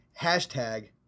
hashtag